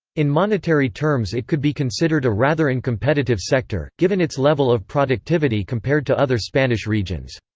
in monetary terms it could be considered a rather uncompetitive sector, given its level of productivity compared to other spanish regions.